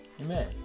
amen